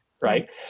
right